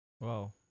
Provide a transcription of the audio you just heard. Wow